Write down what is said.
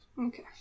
Okay